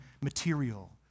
material